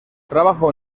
trabajo